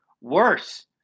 worse